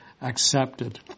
accepted